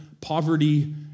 poverty